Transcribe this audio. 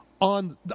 on